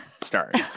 start